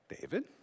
David